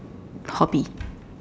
hobby